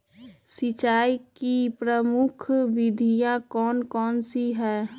सिंचाई की प्रमुख विधियां कौन कौन सी है?